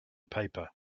paper